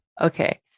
Okay